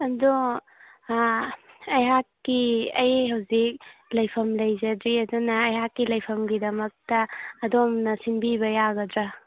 ꯑꯗꯣ ꯑꯩꯍꯥꯛꯀꯤ ꯑꯩ ꯍꯧꯖꯤꯛ ꯂꯩꯐꯝ ꯂꯩꯖꯗ꯭ꯔꯤ ꯑꯗꯨꯅ ꯑꯩꯍꯥꯛꯀꯤ ꯂꯩꯐꯝꯒꯤꯗꯃꯛꯇ ꯑꯗꯣꯝꯅ ꯁꯤꯟꯕꯤꯕ ꯌꯥꯒꯗ꯭ꯔ